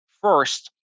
first